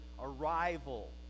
arrival